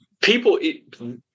people